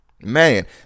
Man